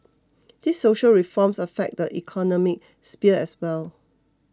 these social reforms affect the economy sphere as well